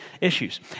issues